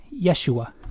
yeshua